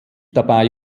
dabei